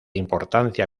importancia